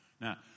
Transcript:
Now